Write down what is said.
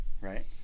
right